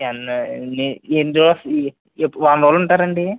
వారం రోజులు ఉంటారండి